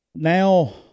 Now